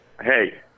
Hey